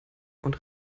und